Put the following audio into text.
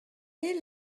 est